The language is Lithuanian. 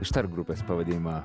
ištark grupės pavadinimą